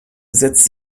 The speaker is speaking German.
setzt